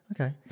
okay